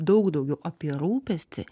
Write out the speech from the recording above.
daug daugiau apie rūpestį